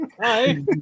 Hi